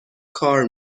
کار